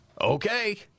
Okay